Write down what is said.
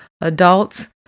adults